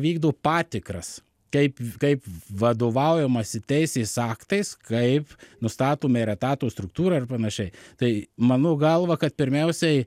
vykdo patikras kaip kaip vadovaujamasi teisės aktais kaip nustatoma yra etatų struktūra ir panašiai tai mano galva kad pirmiausiai